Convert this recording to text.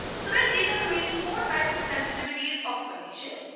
so there's these are the mainly for types of sensitivities of collision.